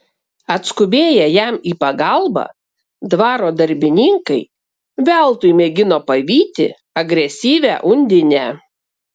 atskubėję jam į pagalbą dvaro darbininkai veltui mėgino pavyti agresyvią undinę